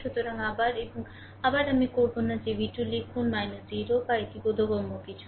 সুতরাং আবার এবং আবার আমি করব না যে V 2 লিখুন 0 বা এটি বোধগম্য কিছু